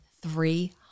three